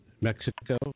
Mexico